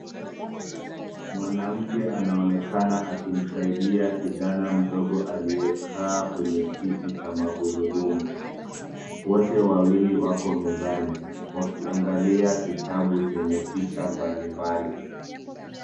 Mwanamke anaonekana akimsaidia kijana mdogo aliyekaa kwenye kiti cha magurudumu. Wote wawili wako mezani, wakiangalia kitabu chenye picha mbalimbali.